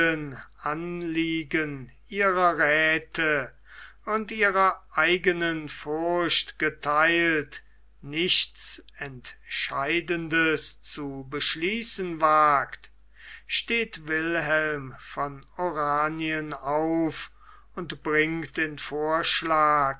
anliegen ihrer räthe und ihrer eignen furcht getheilt nichts entscheidendes zu beschließen wagt steht wilhelm von oranien auf und bringt in vorschlag